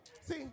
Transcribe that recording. see